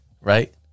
Right